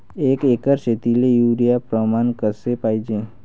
एक एकर शेतीले युरिया प्रमान कसे पाहिजे?